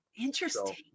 Interesting